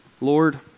Lord